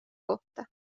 kohta